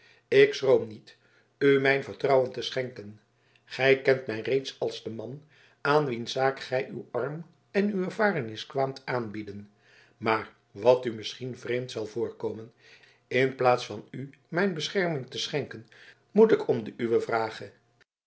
ik schroom niet u mijn vertrouwen te schenken gij kent mij reeds als den man aan wiens zaak gij uw arm en uw ervarenis kwaamt aanbieden maar wat u misschien vreemd zal voorkomen in plaats van u mijn bescherming te schenken moet ik om de uwe vragen